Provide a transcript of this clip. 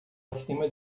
acima